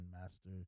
master